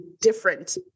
different